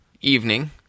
evening